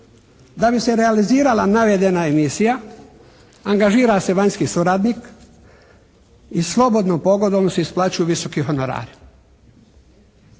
Da bi se realizirala navedena emisija angažira se vanjski suradnik i …/Govornik se ne razumije./… isplaćuju visoki honorari.